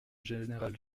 général